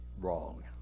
wrong